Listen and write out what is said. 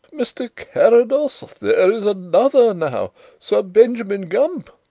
mr. carrados, there is another now sir benjamin gump.